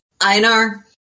Einar